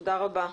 תודה רבה.